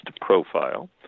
profile